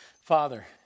Father